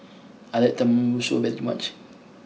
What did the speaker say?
I like Tenmusu very much